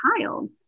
child